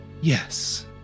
Yes